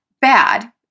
bad